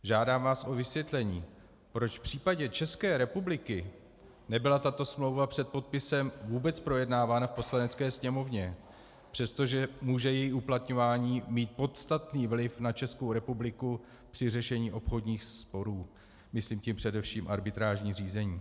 Žádám vás o vysvětlení, proč v případě České republiky nebyla tato smlouva před podpisem vůbec projednávána v Poslanecké sněmovně, přestože může její uplatňování mít podstatný vliv na Českou republiku při řešení obchodních sporů, myslím tím především arbitrážní řízení.